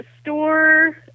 store